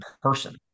person